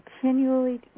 continually